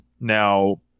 Now